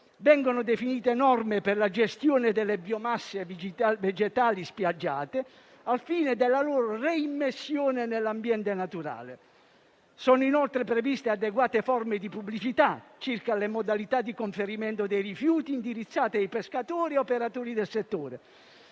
Vengono definite norme per la gestione delle biomasse vegetali spiaggiate, al fine della loro reimmissione nell'ambiente naturale. Sono inoltre previste adeguate forme di pubblicità circa le modalità di conferimento dei rifiuti, indirizzate ai pescatori e agli operatori del settore.